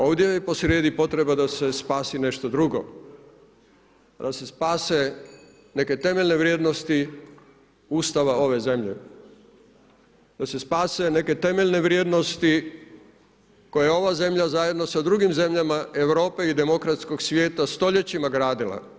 Ovdje je posrijedi potreba da se spasi nešto drugo, da se spase neke temeljne vrijednosti Ustava ove zemlje, da se spase neke temeljne vrijednosti koje je ova zemlja zajedno sa drugim zemljama Europe i demokratskog svijeta stoljećima gradila.